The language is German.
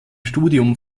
studium